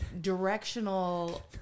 directional